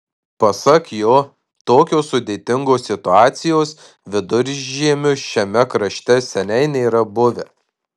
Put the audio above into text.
pasak jo tokios sudėtingos situacijos viduržiemiu šiame krašte seniai nėra buvę